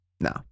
No